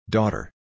Daughter